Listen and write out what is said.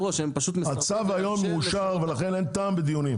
הצו היום יאושר ולכן אין טעם בדיונים,